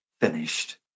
finished